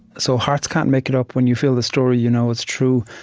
so hearts can't make it up when you feel the story you know it's true,